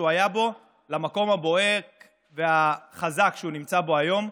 היה בו למקום הבוהק והחזק שהוא נמצא בו היום.